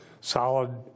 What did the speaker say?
solid